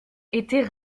était